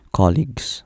colleagues